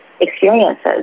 experiences